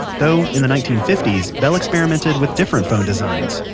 though in the nineteen fifty s, bell experimented with different phone designs,